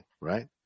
right